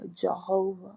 Jehovah